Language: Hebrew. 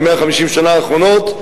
ב-150 השנה האחרונות,